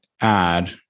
add